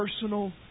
personal